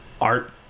art